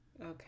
okay